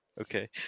Okay